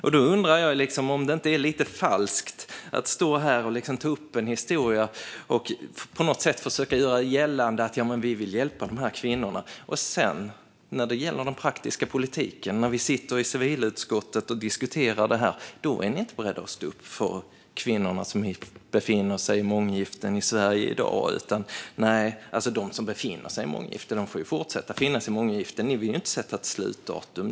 Jag undrar därför om det inte är lite falskt att stå här och ta upp en historia och på något sätt försöka göra gällande att man vill hjälpa de här kvinnorna och sedan, när det gäller den praktiska politiken när vi sitter i civilutskottet och diskuterar det här, inte är beredd att stå upp för de kvinnor som befinner sig i månggifte i Sverige i dag. Dessa får fortsätta att befinna sig i månggifte. Ni vill inte sätta ett slutdatum.